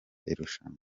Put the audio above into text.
irushanwa